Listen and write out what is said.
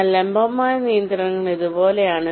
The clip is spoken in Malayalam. എന്നാൽ ലംബമായ നിയന്ത്രണം ഇതുപോലെയാണ്